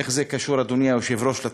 איך זה קשור, אדוני היושב-ראש, לתקציב?